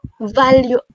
value